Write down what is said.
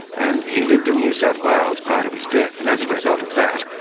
and he lived in new south wales prior to but his death. and as a result of that,